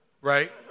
right